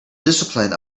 discipline